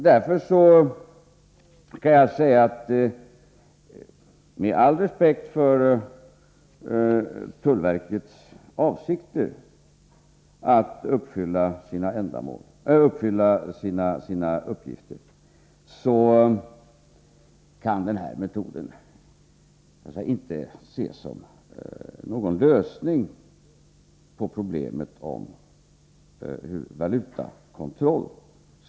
Därför vill jag framhålla, med all respekt för tullverkets avsikter i fråga om fullföljandet av 85 dess uppgifter, att den här metoden inte kan ses som en lösning på problemet med valutakontroll.